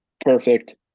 perfect